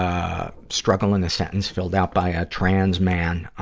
ah, struggle in a sentence, filled out by a trans-man, ah,